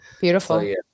beautiful